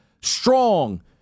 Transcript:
strong